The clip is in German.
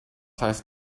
heißt